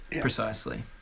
Precisely